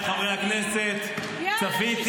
חבריי חברי הכנסת --- יאללה,